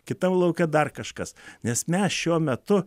kitam lauke dar kažkas nes mes šiuo metu